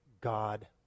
God